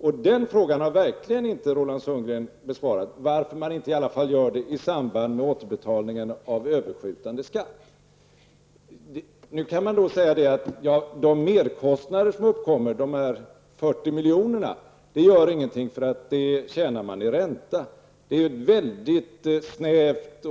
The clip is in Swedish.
Roland Sundgren har verkligen inte besvarat frågan om varför man inte i alla fall i samband med återbetalningen av överskjutande skatt kan göra denna återbetalning. Man kan visserligen säga att de merkostnader som uppstår i form av 40 milj.kr. kan man tjäna in i ränta. Det är ett väldigt snävt